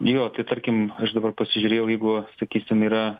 jo tai tarkim aš dabar pasižiūrėjau jeigu sakysim yra